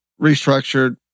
restructured